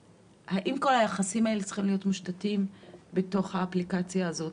האם כל היחסים האלה צריכים להיות מושתתים על האפליקציה הזאת?